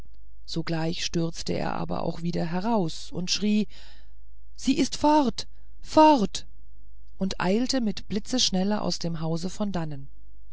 sogleich stürzte er aber auch wieder heraus schrie sie ist fort fort und eilte mit blitzesschnelle aus dem hause von dannen